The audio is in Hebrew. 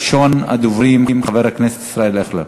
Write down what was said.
ראשון הדוברים, חבר הכנסת ישראל אייכלר.